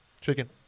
Chicken